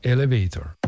Elevator